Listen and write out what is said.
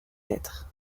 lettres